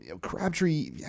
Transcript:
crabtree